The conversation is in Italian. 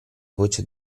voce